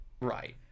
Right